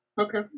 Okay